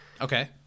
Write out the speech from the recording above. okay